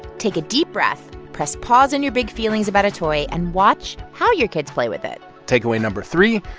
take a deep breath, press pause on your big feelings about a toy and watch how your kids play with it takeaway no. three,